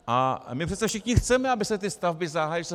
A my přece všichni chceme, aby se ty stavby zahájily.